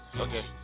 okay